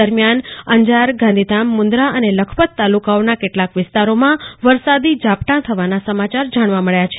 દરમિયાન અંજાર ગાંધીધામ મુંદ્રા અને લખપત તાલુકાઓના કેટલાક વિસ્તારોમાં વરસાદી ઝાપટા થવાના સમાચાર જાણવા મળ્યા છે